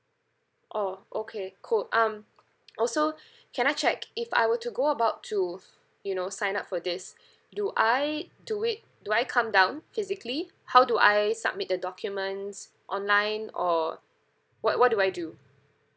orh okay cool um also can I check if I were to go about to you know sign up for this do I do it do I come down physically how do I submit the documents online or what what do I do